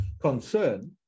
concern